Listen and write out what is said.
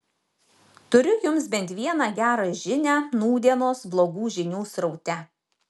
turiu jums bent vieną gerą žinią nūdienos blogų žinių sraute